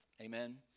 Amen